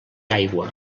aigua